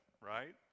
right